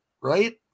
right